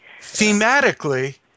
thematically